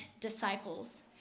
disciples